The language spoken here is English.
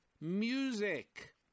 music